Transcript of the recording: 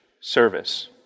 service